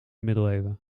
middeleeuwen